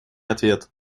ответ